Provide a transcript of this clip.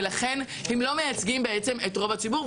ולכן הם לא מייצגים בעצם את רוב הציבור.